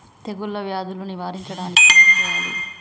తెగుళ్ళ వ్యాధులు నివారించడానికి ఏం చేయాలి?